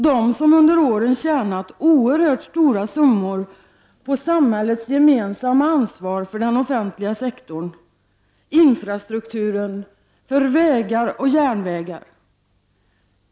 De har under åren tjänat oerhört stora summor på samhällets gemensamma ansvar för den offentliga sektorn, infrastrukturen, vägar och järnvägar.